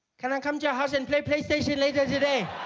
can i come to your house and play playstation later today?